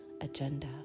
agenda